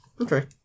Okay